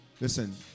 Listen